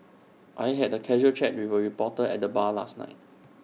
I had A casual chat with A reporter at the bar last night